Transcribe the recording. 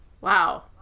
wow